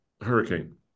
hurricane